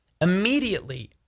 immediately